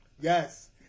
Yes